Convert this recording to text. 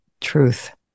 truth